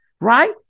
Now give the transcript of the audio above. right